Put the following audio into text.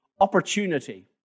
opportunity